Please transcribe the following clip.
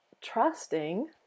trusting